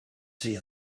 see